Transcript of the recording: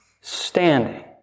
standing